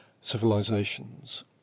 civilizations